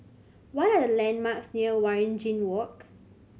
what are the landmarks near Waringin Walk